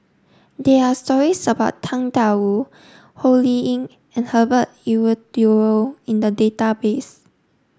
there are stories about Tang Da Wu Ho Lee Ling and Herbert Eleuterio in the database